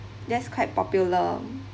that's quite popular